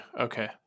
Okay